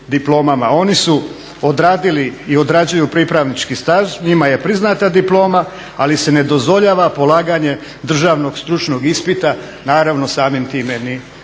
Oni su odradili i odrađuju pripravnički staž, njima je priznata diploma ali se ne dozvoljava polaganje državnog stručnog ispita naravno samim time